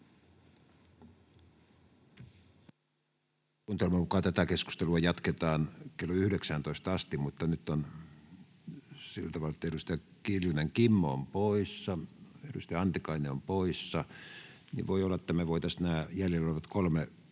tätä keskustelua jatketaan kello 19 asti, mutta nyt kun on sillä tavalla, että edustaja Kiljunen, Kimmo, on poissa, edustaja Anti-kainen on poissa, niin voi olla, että me voitaisiin nämä jäljellä olevat kolme